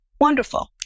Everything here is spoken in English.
Wonderful